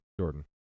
Jordan